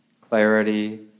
clarity